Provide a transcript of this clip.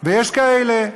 יש כאלה.